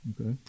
Okay